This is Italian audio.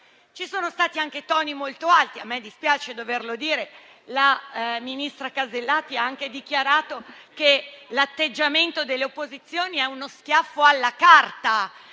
Ci sono stati anche toni molto alti. A me dispiace doverlo dire. La ministra Casellati ha anche dichiarato che l'atteggiamento delle opposizioni è uno schiaffo alla Carta.